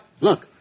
Look